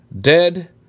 dead